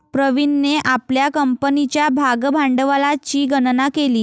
प्रवीणने आपल्या कंपनीच्या भागभांडवलाची गणना केली